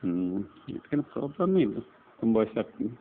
ಹ್ಞೂ ಪ್ರಾಬ್ಲಮ್ಮೇ ಇದು ತುಂಬ